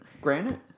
Granite